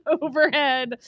overhead